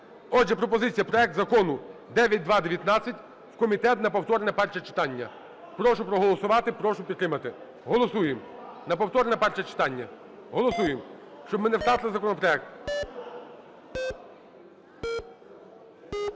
Отже, пропозиція. Проект Закону 9219 – в комітет на повторне перше читання. Прошу проголосувати, прошу підтримати. Голосуємо. На повторне перше читання. Голосуємо, щоб ми не втратили законопроект. 17:13:59